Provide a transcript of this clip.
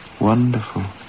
Wonderful